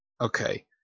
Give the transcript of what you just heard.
Okay